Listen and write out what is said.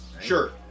sure